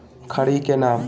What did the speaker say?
खड़ी के नाम?